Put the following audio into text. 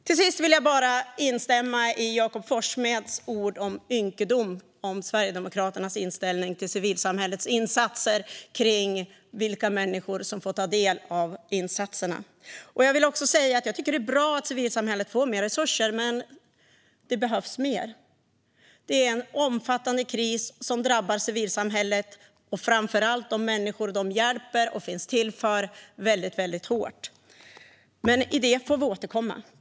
Till sist vill jag bara instämma i Jakob Forssmeds ord "ynkedom" om Sverigedemokraternas inställning till civilsamhällets insatser och när det gäller vilka människor som får ta del av insatserna. Jag vill också säga att jag tycker att det är bra att civilsamhället får mer resurser, men det behövs mer. Det är en omfattande kris som drabbar civilsamhället, och framför allt de människor som de hjälper och finns till för, väldigt hårt. Men detta får vi återkomma till.